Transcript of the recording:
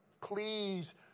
Please